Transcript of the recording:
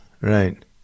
Right